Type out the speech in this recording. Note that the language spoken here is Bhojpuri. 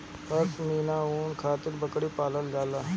पश्मीना ऊन खातिर बकरी पालल जाला